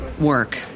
work